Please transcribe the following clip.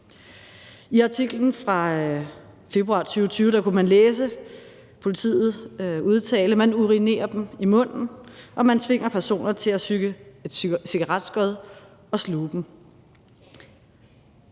I artiklen fra februar 2020 kunne man læse politiet udtale: »Man urinerer dem i munden, og man tvinger personer til at tygge cigaretskodder og sluge dem.«